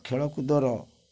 ଖେଳକୁଦର